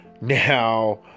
now